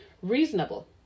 reasonable